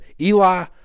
Eli